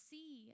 See